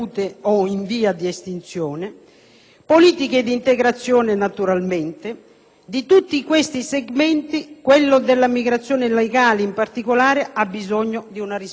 politiche di integrazione, naturalmente. Di tutti questi segmenti, quello della migrazione legale, in particolare, ha bisogno di una risposta politica».